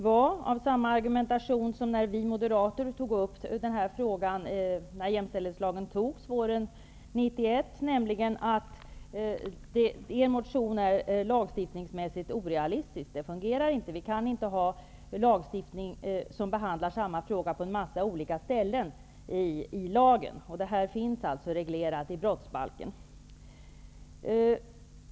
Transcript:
Det var samma argumentation som när vi moderater tog upp den här frågan i samband med att jämställdhetslagstiftningen antogs våren 1991, nämligen att förslaget i er motion är lagstiftningsmässigt orelistiskt -- det fungerar inte. Vi kan inte ha lagstiftning som behandlar samma fråga på en massa olika ställen i lagen. Det här finns alltså reglerat i brottsbalken.